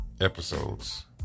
episodes